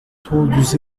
todos